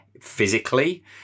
physically